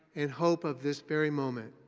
and hope of this very moment.